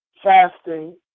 fasting